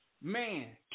man